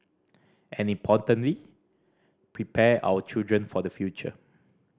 and importantly prepare our children for the future